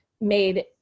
made